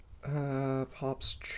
Pops